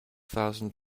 thousand